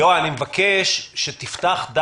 אני מבקש שתפתח,